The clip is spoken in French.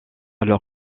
alors